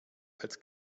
als